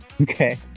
Okay